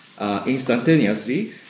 instantaneously